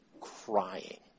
crying